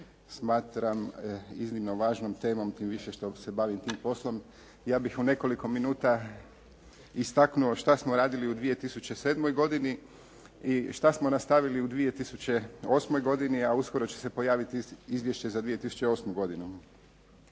smatram iznimno važnom temom tim više što se bavim tim poslom. Ja bih u nekoliko minuta istaknuo šta smo radili u 2007. godini i šta smo nastavili u 2008. godini, a uskoro će se pojaviti izvješće za 2008. godinu.